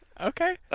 okay